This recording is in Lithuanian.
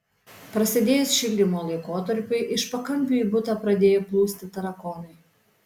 prasidėjus šildymo laikotarpiui iš pakampių į butą pradėjo plūsti tarakonai